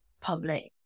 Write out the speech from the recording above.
public